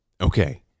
okay